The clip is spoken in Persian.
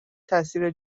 تاثیر